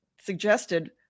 suggested